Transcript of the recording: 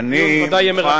הדיון בוודאי יהיה מרתק.